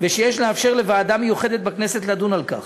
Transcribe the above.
ושיש לאפשר לוועדה מיוחדת בכנסת לדון על כך.